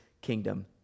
kingdom